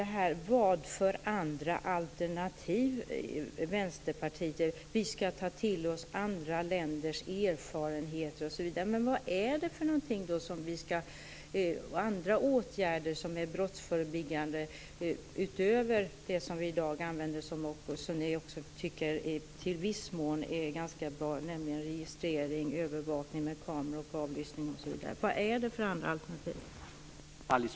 Sedan åter till frågan om alternativ. Vänsterpartiet menar att vi skall ta till oss andra länders erfarenheter osv. Men vilka andra brottsförebyggande åtgärder är det fråga om, utöver dem som vi i dag använder och som också ni tycker i viss mån är bra, nämligen registrering, övervakning med kamera, avlyssning osv.?